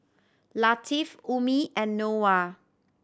Latif Ummi and Noah